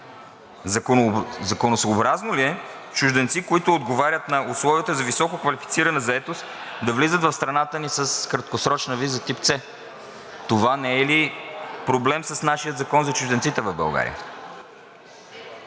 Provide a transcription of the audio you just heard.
Законосъобразно ли е чужденци, които отговарят на условията за висококвалифицирана заетост, да влизат в страната ни с краткосрочна виза тип C? Това не е ли проблем с нашия Закон за чужденците в България?